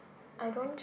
I don't